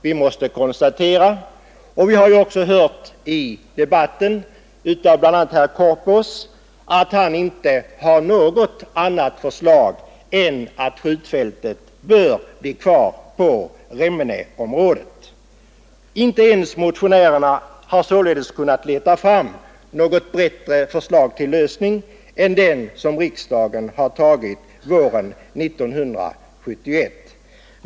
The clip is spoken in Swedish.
Vi har också under debatten bl.a. hört herr Korpås säga att han inte har något annat förslag än att skjutfältet bör bli kvar på Remmeneområdet. Inte ens motionärerna har således kunnat leta fram något förslag till en bättre lösning än den som riksdagen fattade beslut om våren 1971.